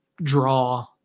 draw